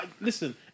Listen